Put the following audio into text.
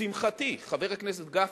לשמחתי, חבר הכנסת גפני,